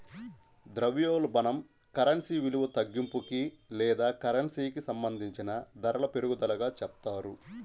ద్రవ్యోల్బణం కరెన్సీ విలువ తగ్గింపుకి లేదా కరెన్సీకి సంబంధించిన ధరల పెరుగుదలగా చెప్తారు